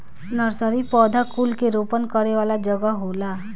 nursery पौधा कुल के रोपण करे वाला जगह होला